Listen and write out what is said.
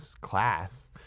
class